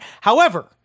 However-